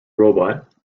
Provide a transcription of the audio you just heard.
robot